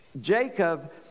Jacob